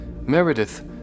Meredith